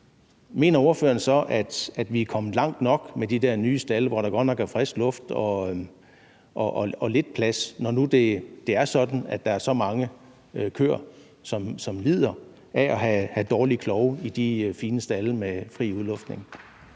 mener ordføreren så, at vi er kommet langt nok med de der nye stalde, hvor der godt nok er frisk luft og lidt plads, altså når nu det er sådan, at der er så mange køer, som lider af at have dårlige klove i de fine stalde med fri udluftning?